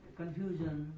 confusion